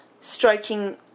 striking